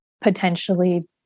potentially